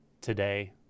today